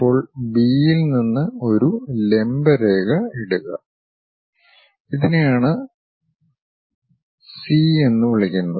ഇപ്പോൾ ബി യിൽ നിന്ന് ഒരു ലംബ രേഖ ഇടുക ഇതിനെ ആണ് സി എന്ന് വിളിക്കുന്നത്